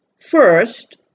first